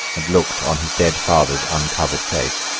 and looked on his dead father's uncovered face.